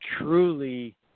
truly